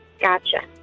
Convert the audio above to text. Gotcha